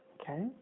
okay